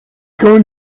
going